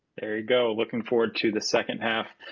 there you go, looking forward to the second half,